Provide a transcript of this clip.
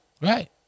right